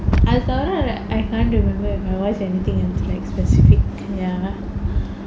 அத தவிர:atha tavira that I can't remember if I watched anything like specific ya